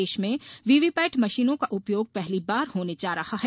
देश में वीवीपैट मशीनों का उपयोग पहली बार होने जा रहा है